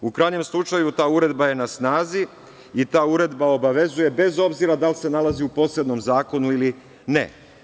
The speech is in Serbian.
U krajnjem slučaju, ta uredba je na snazi i ta uredba obavezuje, bez obzira da li se nalazi u posebnom zakonu ili ne.